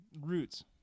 Roots